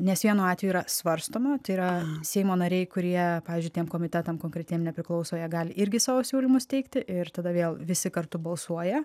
nes vienu atveju yra svarstoma tai yra seimo nariai kurie pavyzdžiui tiem komitetam konkretiem nepriklauso jie gali irgi savo siūlymus teikti ir tada vėl visi kartu balsuoja